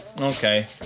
okay